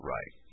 Right